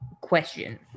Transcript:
question